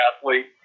athlete